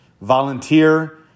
Volunteer